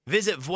Visit